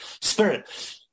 spirit